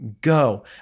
Go